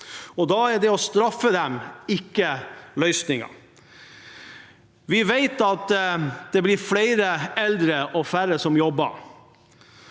og da er det å straffe dem ikke løsningen. Vi vet at det blir flere eldre og færre som jobber,